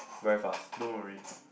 very fast don't worry